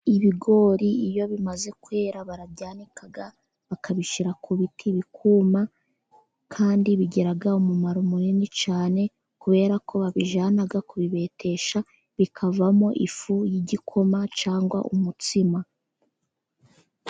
Ibigori iyo bimaze kwera barabibika bakabishyira ku biti bikuma, kandi bigira umumaro munini cyane, kubera ko babijyana kubibetesha bikavamo ifu y'igikoma, cyangwa umutsima.